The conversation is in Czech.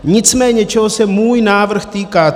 Nicméně čeho se můj návrh týká.